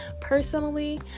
personally